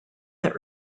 that